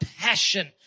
passion